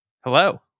Hello